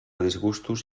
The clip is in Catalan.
disgustos